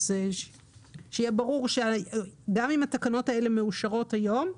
שיהיה ברור שגם אם התקנות האלה מאושרות היום,